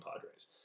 Padres